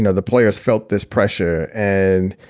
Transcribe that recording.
you know the players felt this pressure. and,